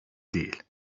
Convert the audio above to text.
değil